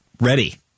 ready